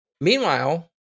Meanwhile